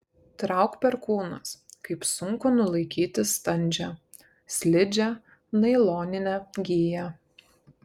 trauk perkūnas kaip sunku nulaikyti standžią slidžią nailoninę giją